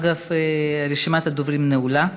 אגב, רשימת הדוברים נעולה.